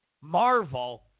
Marvel